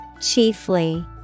Chiefly